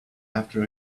after